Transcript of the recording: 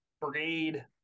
Brigade